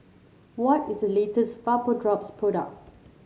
what is the latest Vapodrops Product